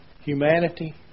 humanity